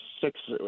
six